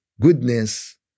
goodness